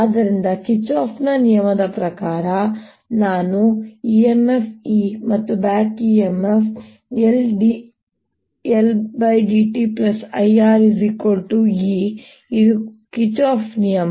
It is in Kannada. ಆದ್ದರಿಂದ ಕಿರ್ಚಾಫ್Kirchhoff's ನಿಯಮದ ಪ್ರಕಾರ ನಾನು ಈ EMF E ಮತ್ತು BACK EMF LdIdtIRϵ ಇದು ಕಿರ್ಚಾಫ್ ನಿಯಮ